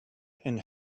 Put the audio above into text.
and